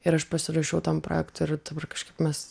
ir aš pasirašau tam projektui ir dabar kažkaip mes